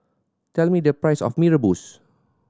tell me the price of Mee Rebus